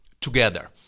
together